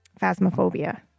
Phasmophobia